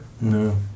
No